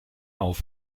auf